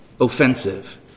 offensive